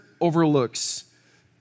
overlooks